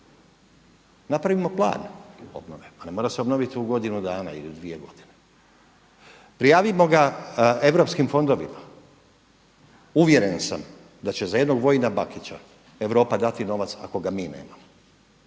Napravimo plan obnove. Pa ne mora se obnoviti u godinu dana ili u dvije godine. Prijavimo ga europskim fondovima. Uvjeren sam da će za jednog Vojina Bakića Europa dati novac ako ga mi nemamo.